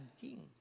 king